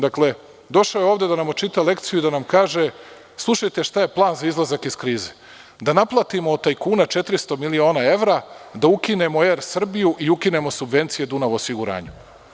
Dakle, došao je ovde da nam očita lekciju i da nam kaže – slušajte šta je plan za izlazak iz krize, da naplatimo od tajkuna 400 miliona evra, da ukinemo „Er Srbiju“ i ukinemo subvencije „Dunav osiguranju“